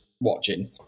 watching